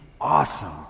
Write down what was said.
awesome